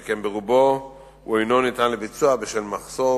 שכן ברובו הוא אינו ניתן לביצוע בשל מחסור